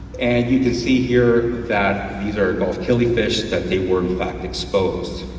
and you can see here that these are gulf killifish that they were in fact exposed.